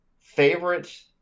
favorite